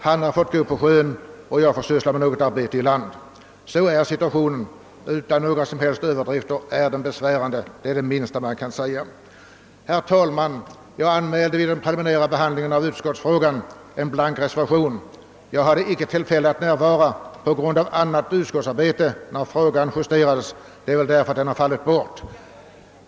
Han har fått gå till sjöss, och jag får syssla med något arbete i land.» Det minsta man kan säga är att situationen för fiskarna i dag är ytterst besvärande. Herr talman! Vid den preliminära behandlingen av denna fråga i utskottet anmälde jag en blank reservation till utskottets utlåtande, men på grund av annat utskottsarbete hade jag inte tillfälle att närvara när utlåtandet justerades. Det är antagligen därför som min blanka reservation har fallit bort.